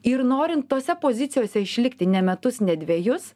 ir norint tose pozicijose išlikti ne metus ne dvejus